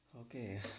Okay